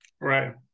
Right